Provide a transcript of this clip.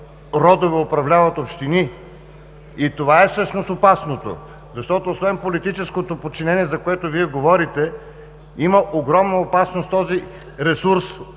родове управляват общини. Това всъщност е опасното, защото освен политическото подчинение, за което Вие говорите, има огромна опасност този